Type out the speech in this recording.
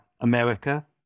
America